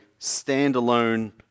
standalone